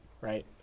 right